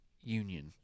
union